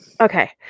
Okay